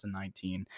2019